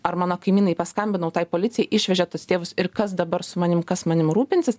ar mano kaimynai paskambinau tai policijai išvežė tus tėvus ir kas dabar su manim kas manim rūpinsis